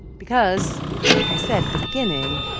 because like i said at the beginning,